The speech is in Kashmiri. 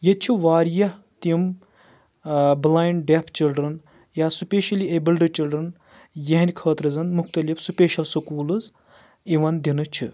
ییٚتہِ چھِ واریاہ تِم بلایِنڈ ڈیٚف چِلڈرن یا سُپیشلی ایٚبلڈٕ چِلڈرن یِہٕنٛدِ خٲطرٕ زَن مُختٔلِف سُپیشل سکوٗلٕز یوَان دِنہٕ چھِ